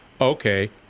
okay